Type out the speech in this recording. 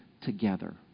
together